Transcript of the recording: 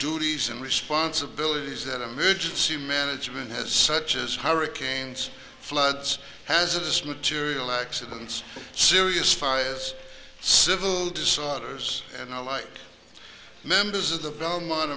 duties and responsibilities that emergency management has such as hurricanes floods hazardous material accidents serious fires civil disorders and the like members of the belmont